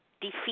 defeat